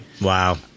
wow